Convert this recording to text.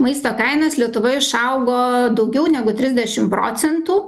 maisto kainos lietuvoje išaugo daugiau negu trisdešim procentų